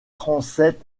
transept